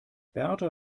berta